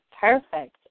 Perfect